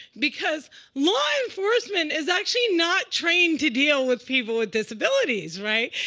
because law enforcement is actually not trained to deal with people with disabilities, right?